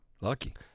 lucky